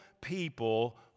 people